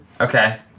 Okay